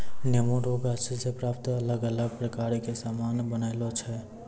नेमो रो गाछ से प्राप्त अलग अलग प्रकार रो समान बनायलो छै